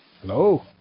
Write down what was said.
Hello